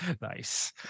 Nice